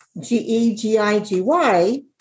G-E-G-I-G-Y